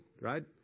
right